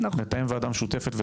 נתאם ועדה משותפת.